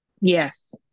Yes